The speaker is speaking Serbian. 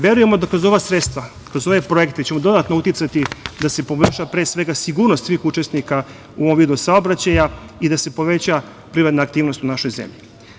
Verujemo da kroz ova sredstva, kroz ove projekte ćemo dodatno uticati da se poboljša pre svega sigurnost svih učesnika u ovom vidu saobraćaja i da se poveća privredna aktivnost u našoj zemlji.